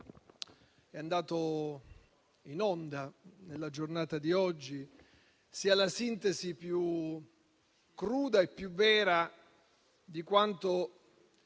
è svolto nella giornata di oggi sia la sintesi più cruda e più vera di quanto